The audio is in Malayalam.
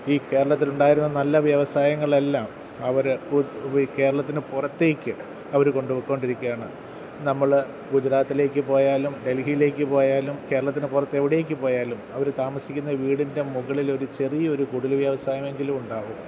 ഈ കേരളത്തിൽ ഉണ്ടായിരുന്ന നല്ല വ്യവസായങ്ങളെല്ലാം അവർ കേരളത്തിന് പുറത്തേക്ക് അവർ കൊണ്ടുപോയിക്കൊണ്ടിരിക്കുകയാണ് നമ്മൾ ഗുജറാത്തിലേക്ക് പോയാലും ഡൽഹിയിലേക്ക് പോയാലും കേരളത്തിന് പുറത്ത് എവിടേക്ക് പോയാലും അവർ താമസിക്കുന്ന വീടിൻ്റെ മുകളിലൊരു ചെറിയ ഒരു കുടിൽ വ്യവസായമെങ്കിലും ഉണ്ടാവും